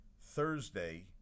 Thursday